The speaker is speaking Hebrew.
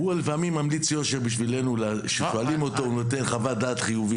הוא לפעמים --- כששואלים אותו הוא נותן חוות דעת חיובית.